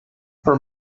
her